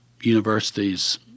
universities